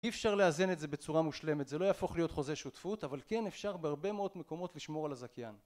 אי אפשר לאזן את זה בצורה מושלמת זה לא יהפוך להיות חוזה שותפות אבל כן אפשר בהרבה מאוד מקומות לשמור על הזכיין